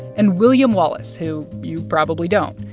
and william wallace, who you probably don't.